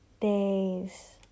Days